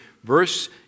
Verse